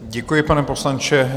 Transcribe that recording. Děkuji, pane poslanče.